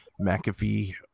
McAfee